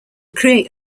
create